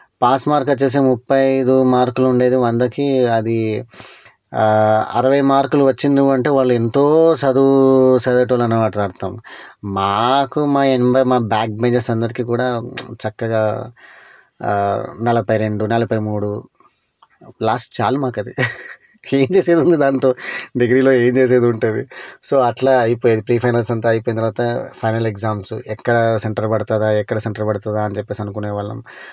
pass marks వచ్చేసి ముప్పై ఐదు మార్కులు ఉండేది వందకి అది అరవై మార్కులు వచ్చినవి అంటే వాళ్ళు ఎంతో చదువు చదివేవాళ్ళు అన్నమాట అర్థం మాకు మా ఎనభై మా బ్యాక్ బెంచెర్స్ అందరికీ కూడా చక్కగా నలభై రెండు నలభై మూడు లాస్ట్ చాలు మాకు అది ఏం చేసేది ఉంది దాంతో డిగ్రీలో ఏం చేసేది ఉంటుంది సో అట్లా అయిపోయింది ప్రీ ఫైనల్స్ అంతా అయిపోయిన తరువాత ఫైనల్ ఎగ్జామ్స్ ఎక్కడా సెంటర్ పడుతుందా ఎక్కడ సెంటర్ పడుతుందా అని చెప్పేసి అనుకునేవాళ్ళము